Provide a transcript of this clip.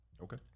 Okay